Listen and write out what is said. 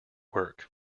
work